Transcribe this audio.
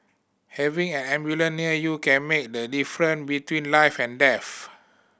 having an ambulance near you can make the difference between life and death